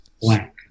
blank